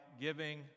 giving